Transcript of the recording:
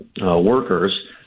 workers